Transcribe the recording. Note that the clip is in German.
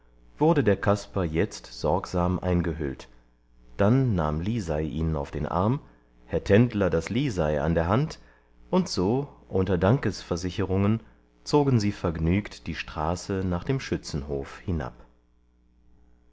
wurde der kasper jetzt sorgsam eingehüllt dann nahm lisei ihn auf den arm herr tendler das lisei an der hand und so unter dankesversicherungen zogen sie vergnügt die straße nach dem schützenhof hinab